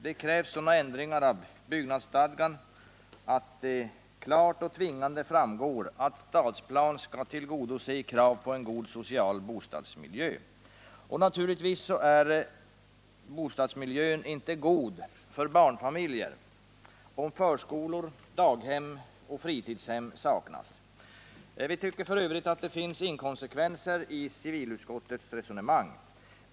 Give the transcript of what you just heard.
Det krävs sådana ändringar i byggnadsstadgan att det klart framgår att det är en tvingande bestämmelse att en stadsplan skall tillgodose krav på en god social bostadsmiljö. Naturligtvis är bostadsmiljön inte god för barnfamiljer, då förskolor, daghem och fritidshem saknas. Vi tycker f. ö. att det finns inkonsekvenser i civilutskottets resonemang.